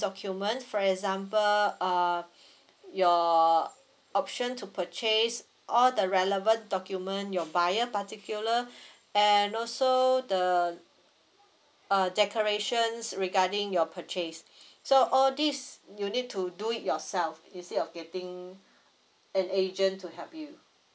document for example err your option to purchase all the relevant document your buyer particular and also the uh decorations regarding your purchase so all these you need to do it yourself instead of getting an agent to help you